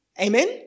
Amen